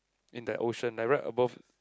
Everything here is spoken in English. in that ocean they write above